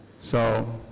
so,